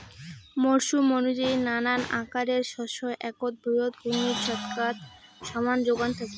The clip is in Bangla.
মরসুম অনুযায়ী নানান আকারের শস্য এ্যাকটা ভুঁইয়ত ঘূর্ণির ছচকাত সমান জোখন থাকি